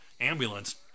ambulance